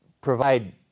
provide